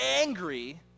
angry